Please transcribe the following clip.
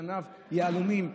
ענף יהלומים,